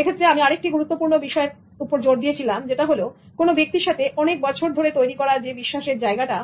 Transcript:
এক্ষেত্রে আমি আরেকটি গুরুত্বপূর্ণ বিষয়ের উপরে জোর দিয়েছিলাম যেটা হলো কোন ব্যক্তির সাথে অনেক বছর ধরে তৈরি করা যে বিশ্বাসের জায়গাটা